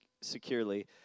securely